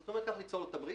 זאת אומרת שניצור לו תמריץ.